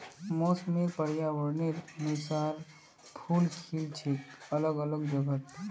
मौसम र पर्यावरनेर अनुसार फूल खिल छेक अलग अलग जगहत